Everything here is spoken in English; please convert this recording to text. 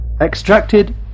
extracted